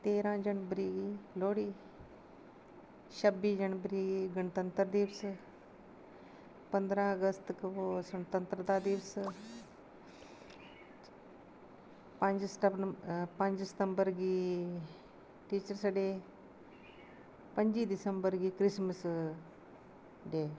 तेरां जनवरी गी लोह्ड़ी छब्बी जनवरी गी गणतंत्र दिवस पंदरां अगस्त को सबतंतरता दिवस पंज सिटम पंज सितंबर गी टीचर्स डे पंजी दिसंबर गी क्रिसमस डे